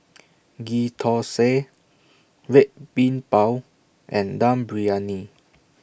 Ghee Thosai Red Bean Bao and Dum Briyani